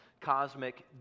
Cosmic